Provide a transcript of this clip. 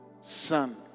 son